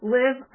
live